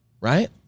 right